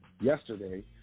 yesterday